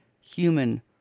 human